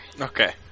Okay